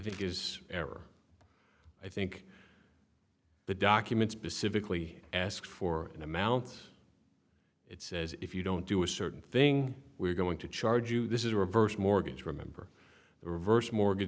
think is error i think the documents be civically ask for an amount it says if you don't do a certain thing we're going to charge you this is a reverse mortgage remember the reverse mortga